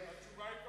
התשובה היא,